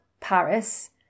Paris